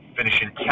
Finishing